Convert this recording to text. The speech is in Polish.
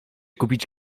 kupić